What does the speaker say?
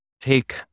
take